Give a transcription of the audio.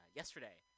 yesterday